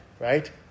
right